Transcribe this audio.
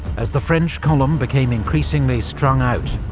as the french column became increasingly strung out,